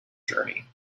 journey